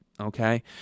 Okay